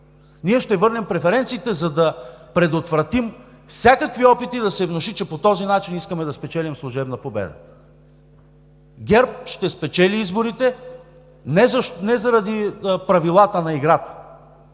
Ще върнем преференциите, за да предотвратим всякакви опити да се внуши, че по този начин искаме да спечелим служебна победа! ГЕРБ ще спечели изборите не заради правилата на играта